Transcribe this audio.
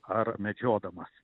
ar medžiodamas